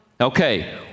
Okay